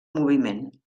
moviment